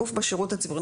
גוף בשירות הציבורי.